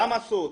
למה חוקקו אותו?